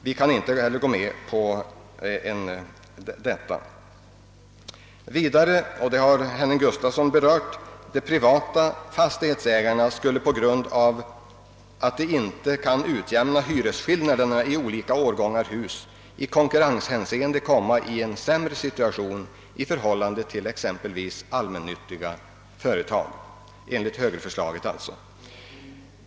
Vidare skulle enligt högerförslaget — det har herr Gustafsson i 'Skellefteå redan berört — de privata fastigheterna på grund av de icke utjämnade hyresskillnaderna i olika årgångar hus i konkurrenshänseende komma i en sämre situation i förhållande till exempelvis allmännyttiga företag.